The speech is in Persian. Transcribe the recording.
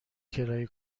کرایه